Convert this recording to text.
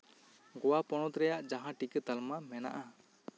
ᱱᱚᱣᱟ ᱯᱚᱱᱚᱛ ᱨᱮᱭᱟᱜ ᱡᱟᱦᱟᱸ ᱴᱤᱠᱟᱹ ᱛᱟᱞᱢᱟ ᱢᱮᱱᱟᱜᱼᱟ